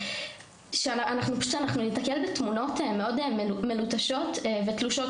פשוט שאנחנו ניתקל בתמונות מאוד מלוטשות ותלושות